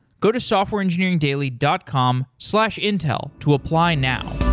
go to softwareengineeringdaily dot com slash intel to apply now.